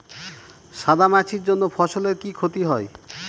সাদা মাছির জন্য ফসলের কি ক্ষতি হয়?